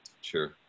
Sure